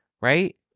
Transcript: Right